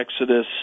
Exodus